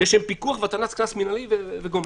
לשם פיקוח והטלת קנס מינהלי" וגו'.